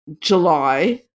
July